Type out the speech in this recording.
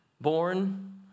born